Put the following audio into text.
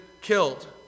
killed